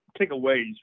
takeaways